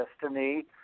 destiny